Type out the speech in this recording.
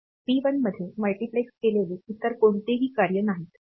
P 1 मध्ये multiplex केलेले इतर कोणतेही कार्य नाहीत